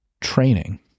training